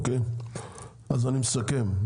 אז אני מסכם,